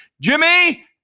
Jimmy